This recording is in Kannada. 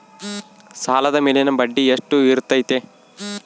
ಸಾಲದ ಮೇಲಿನ ಬಡ್ಡಿ ಎಷ್ಟು ಇರ್ತೈತೆ?